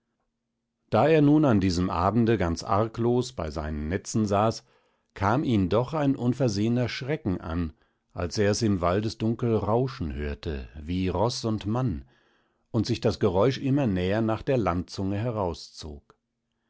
da er nun an diesem abende ganz arglos bei den netzen saß kam ihn doch ein unversehener schrecken an als er es im waldesdunkel rauschen hörte wie roß und mann und sich das geräusch immer näher nach der landzunge herauszog